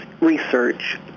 research